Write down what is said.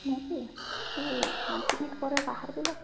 ମୋତେ ତୁ ପାଞ୍ଚ ମିନିଟ ପରେ ବାହାରବେ ଲୋ